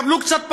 יקבלו קצת פחות,